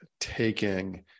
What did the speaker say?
taking